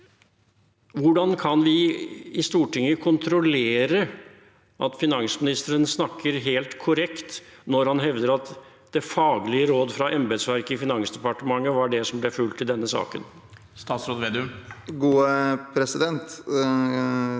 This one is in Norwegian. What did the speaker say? hvordan kan vi i Stortinget kontrollere at finansministeren snakker helt korrekt når han hevder at det faglige råd fra embetsverket i Finansdepartementet var det som ble fulgt i denne saken? Statsråd Trygve